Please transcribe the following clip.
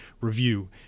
review